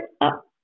up